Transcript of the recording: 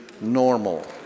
normal